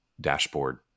dashboard